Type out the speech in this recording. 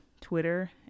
Twitter